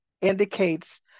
indicates